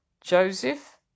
Joseph